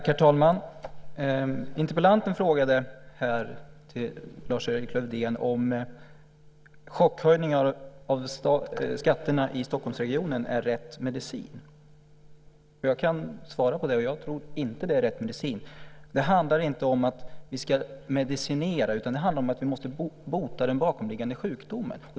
Herr talman! Interpellanten frågade Lars-Erik Lövdén om chockhöjningar av skatterna i Stockholmsregionen är rätt medicin. Jag kan svara på det. Jag tror inte att det är rätt medicin. Det handlar inte om att vi ska medicinera, utan det handlar om att vi måste bota den bakomliggande sjukdomen.